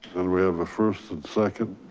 and we have a first and second.